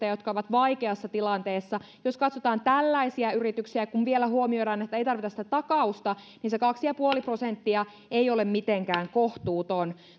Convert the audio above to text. jotka ovat vaikeassa tilanteessa jos katsotaan tällaisia yrityksiä kun vielä huomioidaan että ei tarvita sitä takausta niin se kaksi pilkku viisi prosenttia ei ole mitenkään kohtuuton